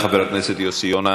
חבר הכנסת יוסי יונה?